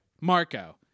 Marco